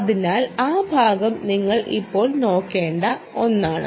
അതിനാൽ ആ ഭാഗം നിങ്ങൾ ഇപ്പോൾ നോക്കേണ്ട ഒന്നാണ്